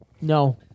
no